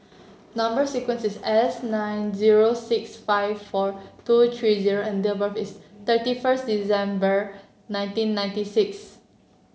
number sequence is S nine zero six five four two three O and date birth is thirty first December nineteen ninety six